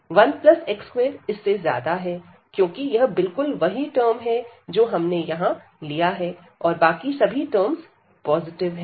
1x2 इससे ज्यादा है क्योंकि यह बिल्कुल वही टर्म है जो हमने यहां लिया है और बाकी सभी पॉजिटिव टर्म्स हैं